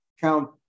count